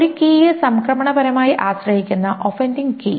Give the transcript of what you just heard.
ഒരു കീയെ സംക്രമണപരമായി ആശ്രയിക്കുന്ന ഒഫന്ഡിംഗ് കീ